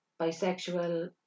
bisexual